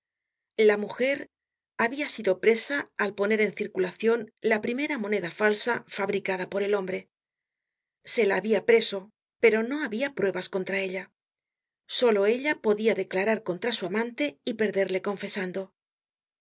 la mujer habia sido presa al poner en circulacion la primera moneda falsa fabricada por el hombre se la habia preso pero no habia pruebas contra ella solo ella podia declarar contra su amante y perderle confesando